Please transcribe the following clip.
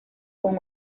con